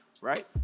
Right